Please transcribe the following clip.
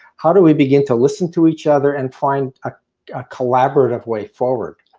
how do we begin to listen to each other and find a ah collaborative way forward.